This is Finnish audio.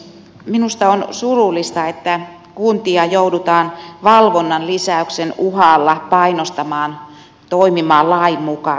minusta on surullista että kuntia joudutaan valvonnan lisäyksen uhalla painostamaan toimimaan lain mukaisesti